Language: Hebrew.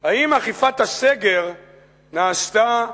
האם אכיפת הסגר נעשתה